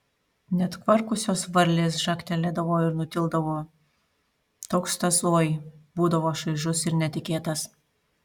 net kvarkusios varlės žagtelėdavo ir nutildavo toks tas oi būdavo šaižus ir netikėtas